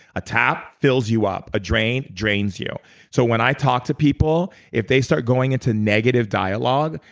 a tap fills you up, a drain drains you so when i talk to people, if they start going into negative dialogue,